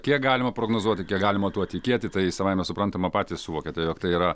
kiek galima prognozuoti kiek galima tuo tikėti tai savaime suprantama patys suvokiate jog tai yra